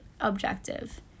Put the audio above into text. objective